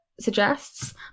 suggests